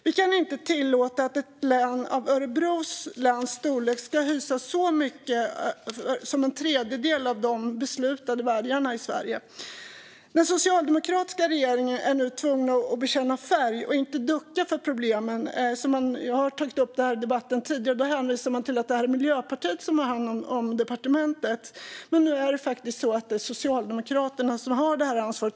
Vi kan inte tillåta att ett län av Örebro läns storlek ska hysa så mycket som en tredjedel av de beslutade vargarna i Sverige. Den socialdemokratiska regeringen är nu tvungen att bekänna färg och inte ducka för problemen. Jag har tagit upp dem i debatten tidigare. Då hänvisade man till att det var Miljöpartiet som hade hand om departementet. Men nu är det Socialdemokraterna som har det ansvaret.